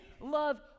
love